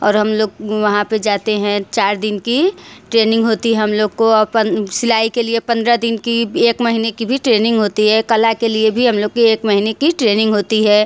और हम लोग वहाँ पर जाते हैं चार दिन की ट्रेनिंग होती है हम लोग को अपन सिलाई के लिए पंद्रह दिन की एक महीने की भी ट्रेनिंग होती है कला के लिए भी हम लोग की एक महीने की ट्रेनिंग होती है